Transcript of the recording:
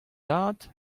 tad